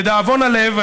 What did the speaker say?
לדאבון הלב,